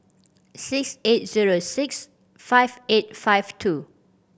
six eight zero six five eight five two